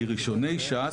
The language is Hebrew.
מראשוני ש"ס